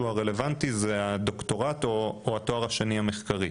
הרלוונטי זה שלב הדוקטורט או התואר השני המחקרי.